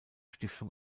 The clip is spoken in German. stiftung